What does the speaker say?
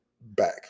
back